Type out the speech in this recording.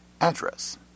address